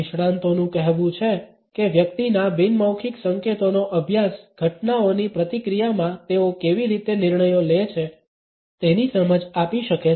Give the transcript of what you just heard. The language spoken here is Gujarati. નિષ્ણાંતનું કહેવું છે કે વ્યક્તિના બિન મૌખિક સંકેતોનો અભ્યાસ ઘટનાઓની પ્રતિક્રિયામાં તેઓ કેવી રીતે નિર્ણયો લે છે તેની સમજ આપી શકે છે